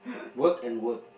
work and work